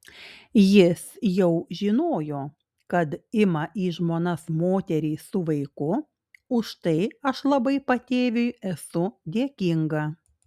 jis jau žinojo kad ima į žmonas moterį su vaiku už tai aš labai patėviui esu dėkinga